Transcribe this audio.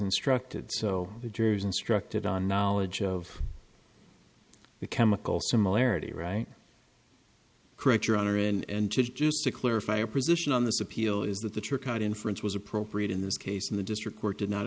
instructed so the jury is instructed on knowledge of the chemical similarity right correct your honor and judge just to clarify your position on this appeal is that the target inference was appropriate in this case and the district court did not